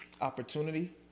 opportunity